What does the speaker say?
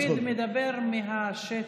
דוד מדבר מהשטח,